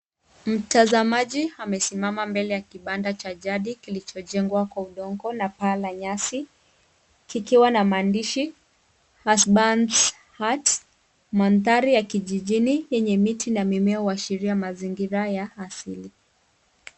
Mtazamaji amesimama mbele ya kibanda cha jadi kilichojengwa kwa udongo na paa la nyasi, kikiwa na maandishi husband's hut . Mandhari ya kijijini yenye miti na mimea huashiria mazingira ya asili.